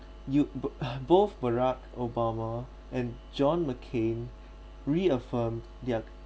you ba~ both barack obama and john mccain reaffirmed their